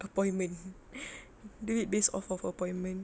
appointment do it based off of appointment